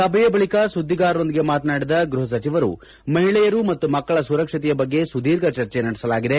ಸಭೆಯ ಬಳಿಕ ಸುದ್ದಿಗಾರರೊಂದಿಗೆ ಮಾತನಾಡಿದ ಗೃಪ ಸಚಿವರು ಮಹಿಳೆಯರು ಮತ್ತು ಮಕ್ಕಳ ಸುರಕ್ಷತೆಯ ಬಗ್ಗೆ ಸುದೀರ್ಘ ಚರ್ಚೆ ನಡೆಸಲಾಗಿದೆ